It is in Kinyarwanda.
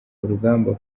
urugamba